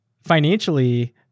financially